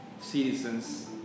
citizens